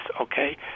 okay